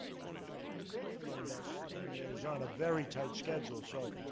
jim shelton has joined us and is on a very tight schedule. so